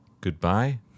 Goodbye